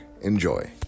Enjoy